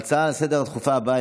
ההצעה הדחופה לסדר-היום הבאה,